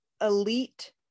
elite